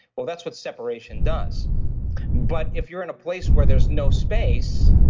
well, that's what separation does but if you're in a place where there's no space,